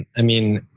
i mean,